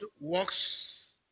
works